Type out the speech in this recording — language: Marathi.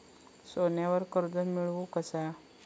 सोन्यावर कर्ज मिळवू कसा?